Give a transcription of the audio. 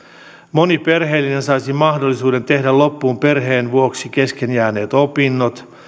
moni perheellinen saisi mahdollisuuden tehdä loppuun perheen vuoksi kesken jääneet opinnot